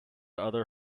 other